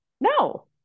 no